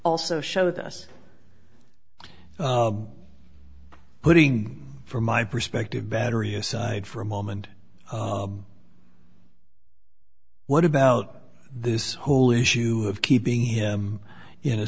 also showed us putting from my perspective battery aside for a moment what about this whole issue of keeping him in a